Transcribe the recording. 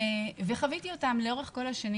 וחוויתי אותם לאורך כל השנים.